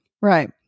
Right